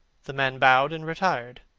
the man bowed and retired.